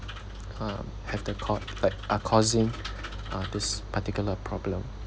um have the court like are causing uh this particular problem